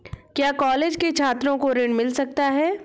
क्या कॉलेज के छात्रो को ऋण मिल सकता है?